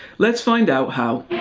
let's find out how.